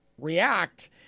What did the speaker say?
react